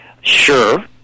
Sure